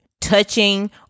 touching